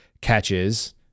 catches